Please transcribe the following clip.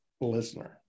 listener